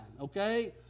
okay